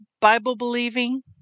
Bible-believing